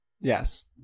Yes